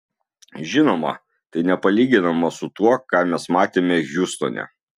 žinoma tai nepalyginama su tuo ką mes matėme hjustone